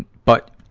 but,